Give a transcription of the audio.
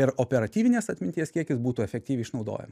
ir operatyvinės atminties kiekis būtų efektyviai išnaudojama